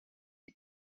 die